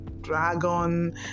dragon